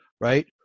right